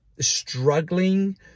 struggling